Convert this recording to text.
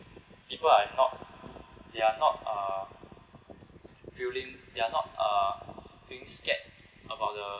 people are not they are not uh feeling they are not uh feeling scared about the